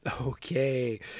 Okay